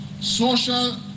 social